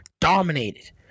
dominated